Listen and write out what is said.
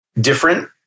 different